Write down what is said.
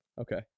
Okay